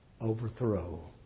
overthrow